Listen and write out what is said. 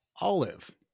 Olive